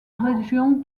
région